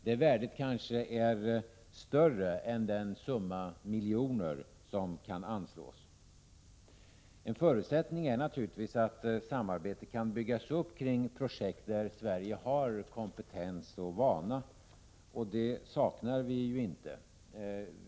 Det värdet är kanske större än den summa miljoner som kan anslås. En förutsättning är naturligtvis att samarbete kan byggas upp kring projekt där Sverige har kompetens och vana, och det saknar vi ju inte.